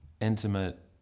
intimate